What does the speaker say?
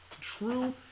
true